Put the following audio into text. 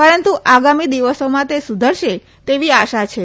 પરંતુ આગામી દિવસોમાં તો સુધરશે તેવી આશા છે